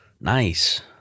nice